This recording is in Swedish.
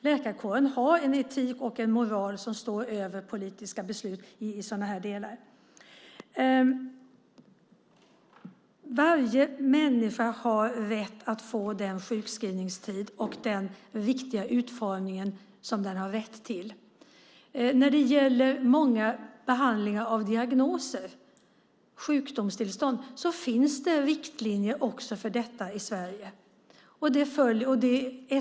Läkarkåren har en etik och moral som står över politiska beslut i sådana här delar. Alla människor ska få den sjukskrivningstid och den riktiga utformning som de har rätt till. Också när det gäller många behandlingar av diagnoser, sjukdomstillstånd, finns det riktlinjer i Sverige.